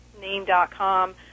name.com